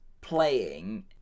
playing